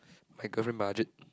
my girlfriend budget